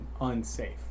unsafe